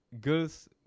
girls